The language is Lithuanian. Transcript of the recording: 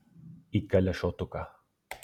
įkalė šotuką